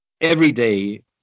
everyday